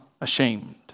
ashamed